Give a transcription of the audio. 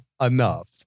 enough